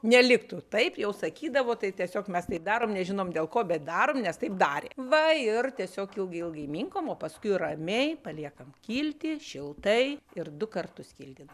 neliktų taip jau sakydavo tai tiesiog mes taip darom nežinom dėl ko bet darom nes taip darė va ir tiesiog ilgai ilgai minkom o paskui ramiai paliekam kilti šiltai ir du kartus kildina